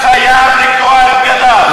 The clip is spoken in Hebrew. חייב לקרוע את בגדיו.